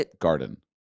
garden